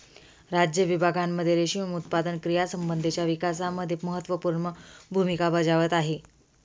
राज्य विभागांमध्ये रेशीम उत्पादन क्रियांसंबंधीच्या विकासामध्ये महत्त्वपूर्ण भूमिका बजावत आहे